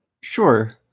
Sure